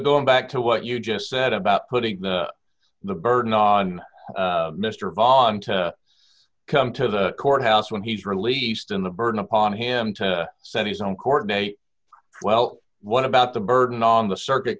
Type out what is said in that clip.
going back to what you just said about putting the burden on mr vonta come to the courthouse when he's released in the burden upon him to set his own court well what about the burden on the circuit